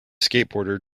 skateboarder